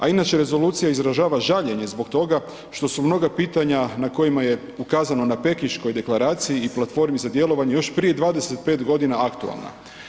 A inače Rezolucija izražava žaljenje zbog toga što su mnoga pitanja na kojima je ukazano na Pekinškoj deklaraciji i platformi za djelovanje još prije 25 godina aktualna.